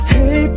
Hey